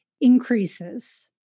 increases